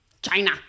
China